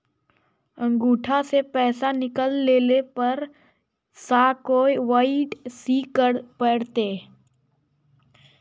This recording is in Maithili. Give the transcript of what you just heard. अंगूठा स पैसा निकाले लेल फेर स के.वाई.सी करै परतै?